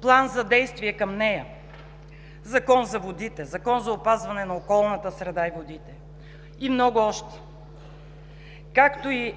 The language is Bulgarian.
План за действие към нея, Закон за водите, Закон за опазване на околната среда и водите и още много, както и